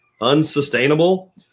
unsustainable